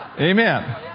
Amen